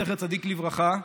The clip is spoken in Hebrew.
זכר צדיק לברכה.